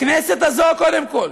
בכנסת הזו קודם כול,